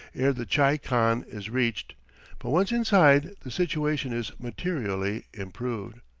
ere the tchai-khan is reached but once inside, the situation is materially improved.